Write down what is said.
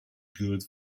good